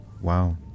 wow